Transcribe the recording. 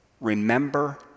Remember